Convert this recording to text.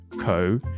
Co